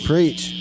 Preach